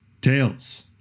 Tails